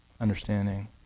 understanding